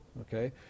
okay